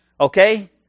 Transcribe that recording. Okay